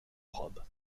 robes